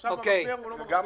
עכשיו הוא לא מרוויח.